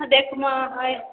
ହଁ ଦେଖ୍ମା